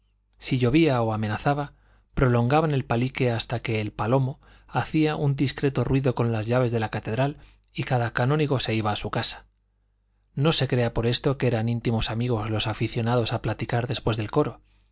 si llovía o amenazaba prolongaban el palique hasta que el palomo hacía un discreto ruido con las llaves de la catedral y cada canónigo se iba a su casa no se crea por esto que eran íntimos amigos los aficionados a platicar después del coro